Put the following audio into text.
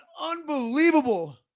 unbelievable